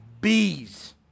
bees